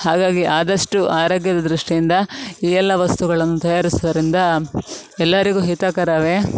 ಹಾಗಾಗಿ ಆದಸಷ್ಟು ಆರೋಗ್ಯದ ದೃಷ್ಟಿಯಿಂದ ಇವೆಲ್ಲ ವಸ್ತುಗಳನ್ನು ತಯಾರಿಸುವುದರಿಂದ ಎಲ್ಲರಿಗು ಹಿತಕರವೇ